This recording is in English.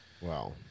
Wow